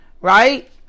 right